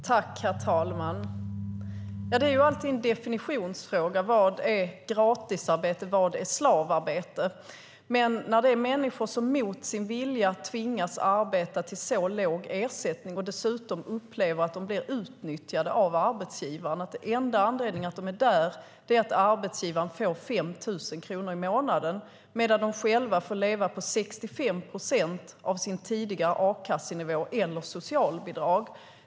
Herr talman! Det är alltid en definitionsfråga: Vad är gratisarbete, och vad är slavarbete? Det är människor som mot sin vilja tvingas arbeta till så låg ersättning och dessutom upplever att de blir utnyttjade av arbetsgivaren. Den enda anledningen till att de är där är att arbetsgivaren får 5 000 kronor i månaden medan de själva får leva på 65 procent av sin tidigare a-kassenivå eller socialbidrag.